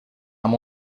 amb